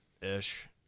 ish